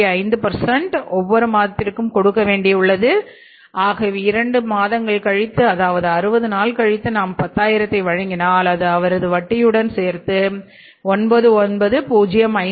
5 ஒவ்வொரு மாதத்திற்கும் கொடுக்க வேண்டியுள்ளது ஆகவே இரண்டு மாதங்கள் கழித்து அதாவது 60 நாள் கழித்து நாம் பத்தாயிரத்தை வணங்கினால் அது அவரது வட்டியுடன் சேர்த்து 990 5